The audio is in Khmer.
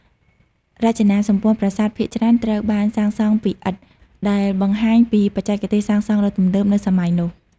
រចនាសម្ព័ន្ធប្រាសាទភាគច្រើនត្រូវបានសាងសង់ពីឥដ្ឋ ដែលបង្ហាញពីបច្ចេកទេសសាងសង់ដ៏ទំនើបនៅសម័យនោះ។